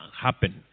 happen